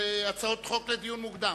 להצעות חוק המוגשות לדיון מוקדם.